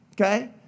okay